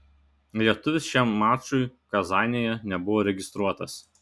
lietuvis šiam mačui kazanėje nebuvo registruotas